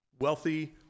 wealthy